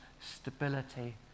stability